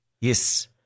Yes